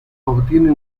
obtiene